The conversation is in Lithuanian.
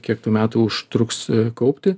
kiek tų metų užtruks kaupti